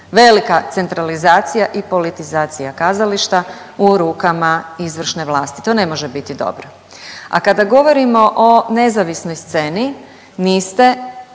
Velika centralizacija i politizacija kazališta u rukama izvršne vlasti. To ne može biti dobro. A kada govorimo o nezavisnoj sceni niste